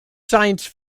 science